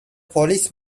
police